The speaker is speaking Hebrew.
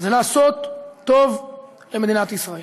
זה לעשות טוב למדינת ישראל.